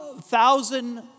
Thousand